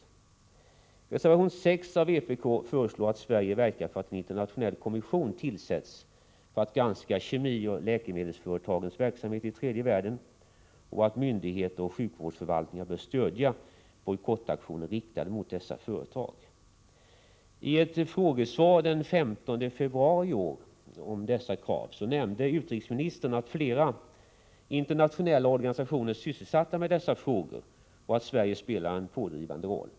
I reservation 6 av vpk föreslås att Sverige verkar för att en internationell kommission tillsätts för att granska kemioch läkemedelsföretagens verksamhet i tredje världen och att myndigheter och sjukvårdsförvaltningar bör stöjda bojkottaktioner riktade mot dessa företag. I ett frågesvar den 15 februari i år om dessa krav nämnde utrikesministern att flera internationella organisationer är sysselsatta med dessa frågor och att Sverige spelar en pådrivande roll.